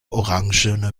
orange